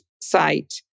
site